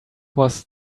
was